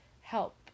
help